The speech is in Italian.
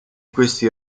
questi